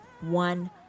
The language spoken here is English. one